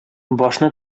башны